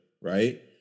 right